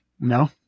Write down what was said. No